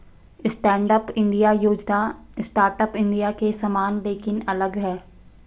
stand up India योजना startup India के समान लेकिन अलग है